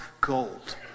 gold